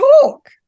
talk